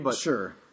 Sure